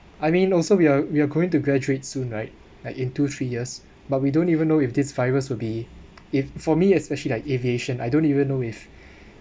I mean also we are we are going to graduate soon right like in two three years but we don't even know if this virus will be if for me especially like aviation I don't even know if